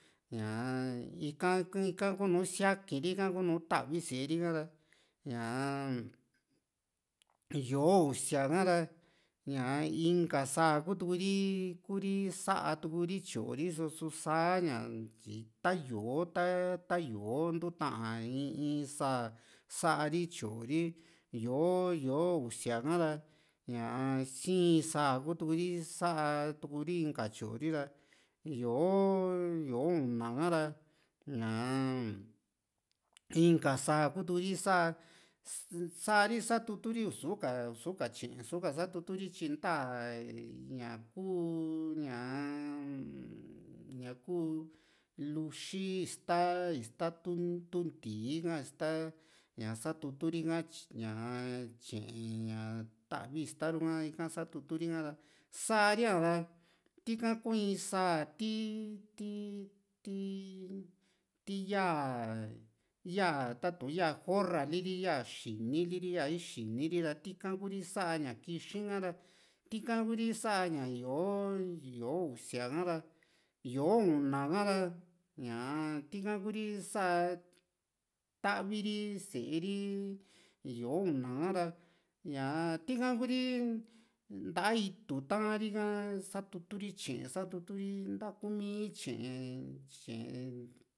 ñaa ika ika kuu nu siaki ri ika kunu tavi sée ri ha´ra ñaa-m yó´o usia kara ñaa inka sáa kutuku rikuu ri saa tuu ri tyoo ri so su´sa ña ta yó´o ta yó´o ntuuta in sáa sa´ri tyoo ri yó´o yó´o usia ka ra ñaa sii sáa kutu ri sa´a tu´ri inka tyori ra yó´o yó´o una ha´ra ñaa inka sáa kuu ri ss sa satuturi ka i´su ka tye´e su´ka satutu ri tyi ntaa ña kuu ñaa ñaa ku luxi ista tu tu nti´i ha ista ña satutu ri´ka ñaa tye´e ña tavi ista ru ha ika satutu ri ha´ra saá riá ra tika un in sáa ti ti ti yaa yaa ta´tu ya gorra liri yaa xinili ri iya ixini ri ra tika kuu ri sa´a ña kixi´n ha´ra tika kuu ri sa´a ña yó´o yó´o usia ha´ra yó´o una ha´ra ñaa tika kuu ri sa´a tavi ri séé ri yó´o una ka´ra ñaa tika kuu ri ntaa itu ta´nri ka satutu ri tye´e satutu ri nta kuu mi tye´e tye´e